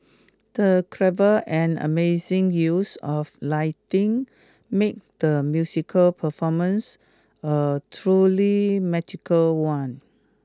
the clever and amazing use of lighting made the musical performance a truly magical one